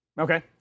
Okay